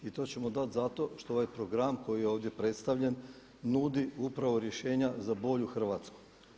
I to ćemo dati zato što ovaj program koji je ovdje predstavljen nudi upravo rješenja za bolju Hrvatsku.